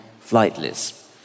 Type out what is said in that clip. flightless